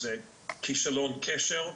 זה כישלון קשר.